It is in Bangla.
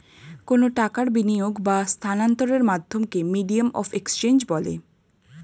কোনো টাকার বিনিয়োগ বা স্থানান্তরের মাধ্যমকে মিডিয়াম অফ এক্সচেঞ্জ বলে